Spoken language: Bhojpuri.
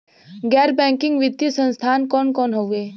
गैर बैकिंग वित्तीय संस्थान कौन कौन हउवे?